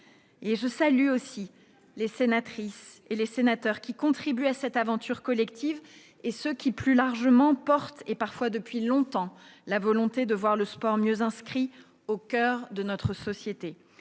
je salue également les sénateurs qui contribuent à cette aventure collective et ceux qui, plus largement, portent, parfois depuis longtemps, la volonté de voir le sport mieux installé au coeur de notre société.